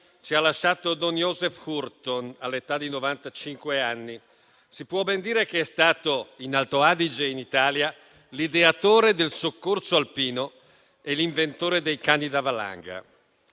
ci ha lasciato don Josef Hurton, all'età di novantacinque anni. Si può ben dire che sia stato in Alto Adige e in Italia l'ideatore del soccorso alpino e l'inventore dei cani da valanga.